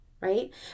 right